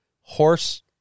horse